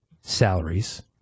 salaries